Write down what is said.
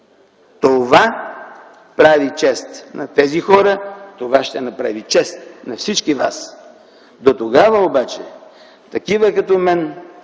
Това прави чест на тези хора. Това ще направи чест на всички вас. Дотогава обаче такива като мен